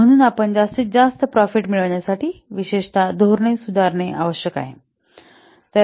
म्हणून आपण जास्तीत जास्त प्रॉफिट मिळवण्यासाठी विशेषत धोरणे सुधारणे आवश्यक आहे